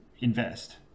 invest